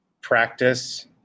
practice